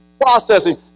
processing